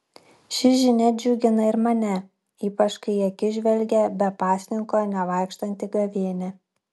ši žinia džiugina ir mane ypač kai į akis žvelgia be pasninko nevaikštanti gavėnia